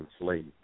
Enslaved